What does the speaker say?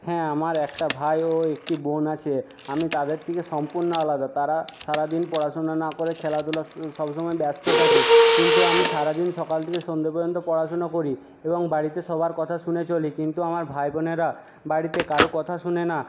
হ্যাঁ আমার একটা ভাই ও একটি বোন আছে আমি তাদের থেকে সম্পূর্ণ আলাদা তারা সারাদিন পড়াশুনা না করে খেলাধুলা সবসময় ব্যস্ত থাকে কিন্তু আমি সারাদিন সকাল থেকে সন্ধে পর্যন্ত পড়াশুনা করি এবং বাড়িতে সবার কথা শুনে চলি কিন্তু আমার ভাই বোনেরা বাড়িতে কারোর কথা শোনে না